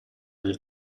del